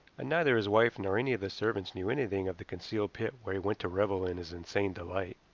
and neither his wife nor any of the servants knew anything of the concealed pit where he went to revel in his insane delight.